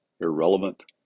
irrelevant